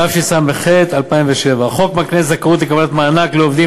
התשס"ח 2007. החוק מקנה זכאות לקבלת מענק לעובדים